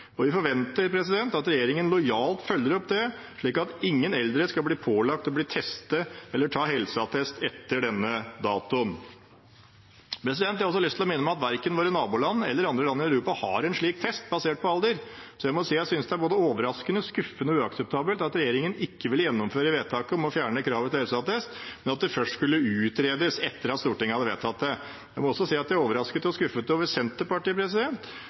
og vi forventer at regjeringen lojalt følger opp det, slik at ingen eldre skal bli pålagt å bli testet eller ta helseattest etter denne datoen. Jeg har også lyst til å minne om at verken våre naboland eller andre land i Europa har en slik test basert på alder, så jeg må si jeg synes det er både overraskende, skuffende og uakseptabelt at regjeringen ikke ville gjennomføre vedtaket om å fjerne kravet til helseattest, men at det først skulle utredes etter at Stortinget hadde vedtatt det. Jeg må også si at jeg er overrasket og skuffet over Senterpartiet,